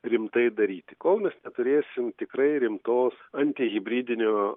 rimtai daryti kol mes neturėsim tikrai rimtos antihibridinio